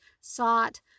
sought